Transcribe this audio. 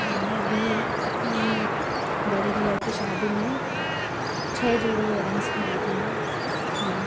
मैने अभी अपनी बड़े भैया की शादी में छः जोड़ी एयरिंग्स ख़रीदे हैं हाँ